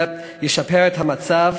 זה ישפר את המצב.